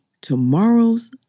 tomorrow's